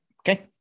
Okay